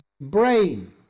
brain